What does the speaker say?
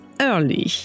early